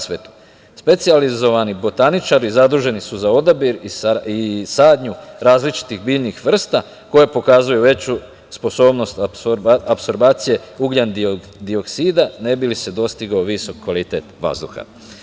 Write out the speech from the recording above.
Specijalizovani botaničari zaduženi su za odabir i sadnju različitih biljnih vrsta, koje pokazuju veću sposobnost apsorbacije ugljendioksida, ne bi li se dostigao visok kvalitet vazduha.